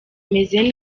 imeze